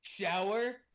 Shower